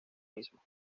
mismo